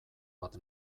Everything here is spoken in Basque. bat